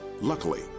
Luckily